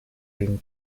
been